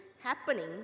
happening